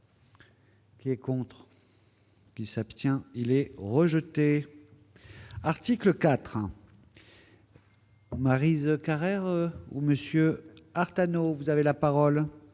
Qui est contre qui s'abstient, il est rejeté, article 4. Maryse Carrère ou Monsieur Artano vous avez la parole.